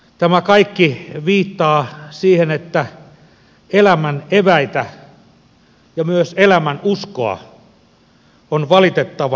tämä kaikki viittaa siihen että elämän eväitä ja myös elämänuskoa on valitettavan vähän